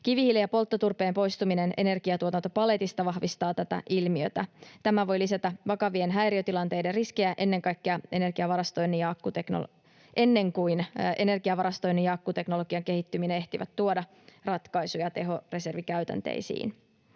Kivihiilen ja polttoturpeen poistuminen energiantuotantopaletista vahvistaa tätä ilmiötä. Tämä voi lisätä vakavien häiriötilanteiden riskiä ennen kuin energiavarastoinnin ja akkuteknologian kehittyminen ehtivät tuoda ratkaisuja tehoreservikäytänteisiin.